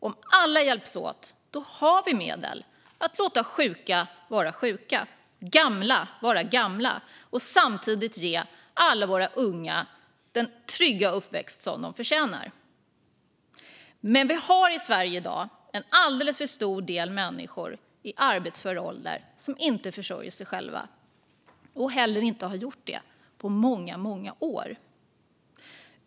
Om alla hjälps åt har vi medel att låta sjuka vara sjuka och gamla vara gamla och samtidigt ge alla unga den trygga uppväxt som de förtjänar. Men vi har i Sverige i dag en alldeles för stor del människor i arbetsför ålder som inte försörjer sig själva och inte heller har gjort det på många år.